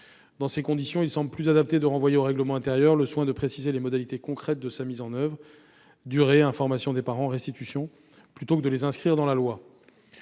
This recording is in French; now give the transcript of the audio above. Dans ces conditions, il semble plus adapté de renvoyer au règlement intérieur le soin de préciser les modalités concrètes de sa mise en oeuvre- durée, information des parents, restitution -, plutôt que de les inscrire dans la loi.